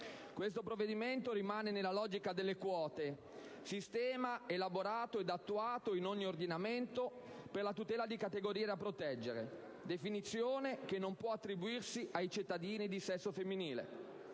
Questo provvedimento rimane nella logica delle quote, sistema elaborato ed attuato in ogni ordinamento per la tutela di categorie da proteggere, definizione che non può attribuirsi ai cittadini di sesso femminile.